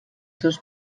seus